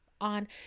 on